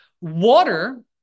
Water